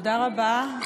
תודה רבה.